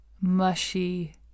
mushy